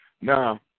Now